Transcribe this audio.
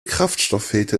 kraftstofffilter